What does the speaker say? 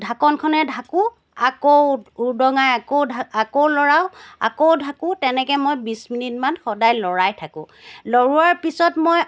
ঢাকনখনে ঢাকো আকৌ উদঙাই আকৌ ঢা আকৌ লৰাও আকৌ ঢাকো তেনেকৈ মই বিশ মিনিটমান সদায় লৰাই থাকো লৰোৱাৰ পিছত মই